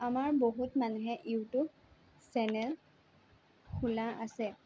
আমাৰ বহুত মানুহে ইউটিউব চেনেল খোলা আছে